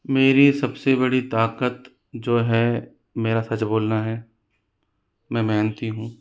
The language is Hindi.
मेरी सबसे बड़ी ताकत जो है मेरा सच बोलना है मैं मेहनती हूँ